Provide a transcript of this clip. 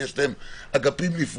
כי יש להם אגפים נפרדים,